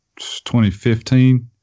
2015